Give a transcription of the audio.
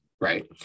right